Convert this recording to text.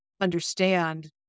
understand